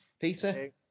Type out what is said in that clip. Peter